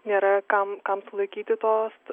nėra kam kam sulaikyti tos